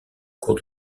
cours